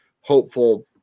hopeful